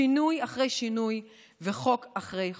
שינוי אחרי שינוי וחוק אחרי חוק.